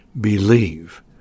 Believe